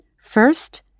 First